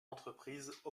entreprise